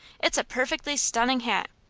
it's a perfectly stunning hat.